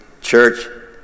church